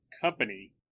company